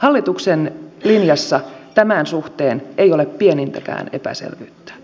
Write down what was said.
hallituksen linjassa tämän suhteen ei ole pienintäkään epäselvyyttä